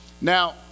now